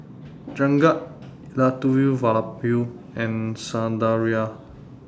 Jagat Elattuvalapil and Sundaraiah